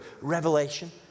Revelation